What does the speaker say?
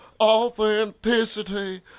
authenticity